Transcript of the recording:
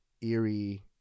eerie